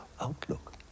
outlook